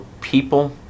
people